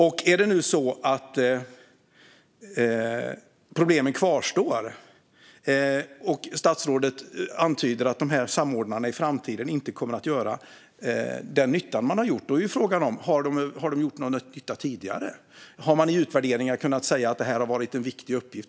Om problemen kvarstår och om det är som statsrådet antyder, det vill säga att samordnarna i framtiden inte kommer att göra den nytta de har gjort, är frågan om de gjort någon nytta tidigare. Har man i utvärderingar kunnat säga att de har skött en viktig uppgift?